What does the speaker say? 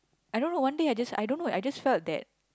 I don't know one day I just I don't know I just felt that